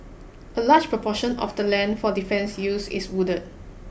a large proportion of the land for defence use is wooded